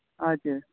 हजुर